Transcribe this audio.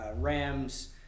Rams